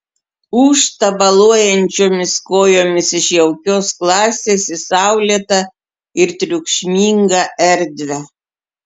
ūžt tabaluojančiomis kojomis iš jaukios klasės į saulėtą ir triukšmingą erdvę